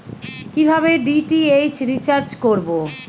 কিভাবে DTH recharge করব?